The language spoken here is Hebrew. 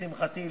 לשמחתי,